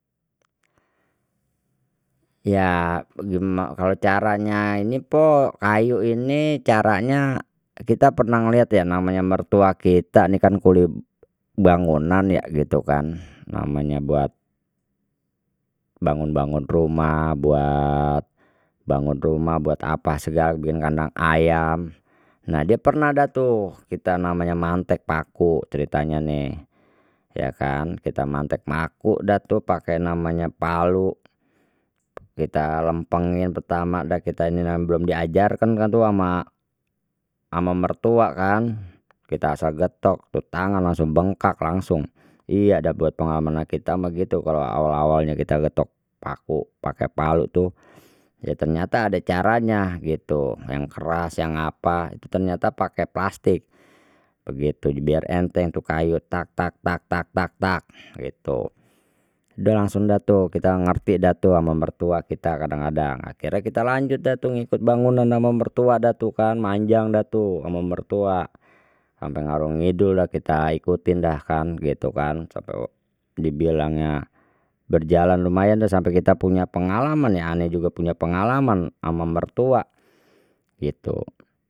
Ya kalau caranya ini pok kayu ini caranya kita pernah ngeliat ya namanya mertua kita nih kan kuli bangunan ya gitu kan namanya buat bangun bangun rumah buat bangun rumah buat apa segala bikin kandang ayam nah dia pernah dah tu kita namanya mantek paku ceritanya nih ya kan kita mantek maku dan tuh pakai namanya palu kita lempengin pertama udah kita ini yang belum diajarken kan tu ama, ama mertua kan kita asal getok tu tangan langsung bengkak langsung iya ada buat pengamanan kita begitu kalau awal awalnya kita getok paku pakai palu tuh ya ternyata ada caranya gitu yang keras yang apa itu ternyata pakai plastik, begitu biar enteng tuh kayu tak tak tak tak tak tak gitu, dia langsung dah tu kita ngerti dah tu ama mertua kita kadang kadang akhirnya kita lanjut datang ikut bangunan ama mertua dah tu kan manjang dah tu ama mertua sampai ngalor ngidul dah kita ikutin dah kan gitu kan sampe dibilangnya berjalan lumayan dah sampai kita punya pengalaman yang ane juga punya pengalaman ama mertua gitu.